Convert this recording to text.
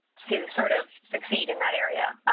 to, sort of, succeed in that area.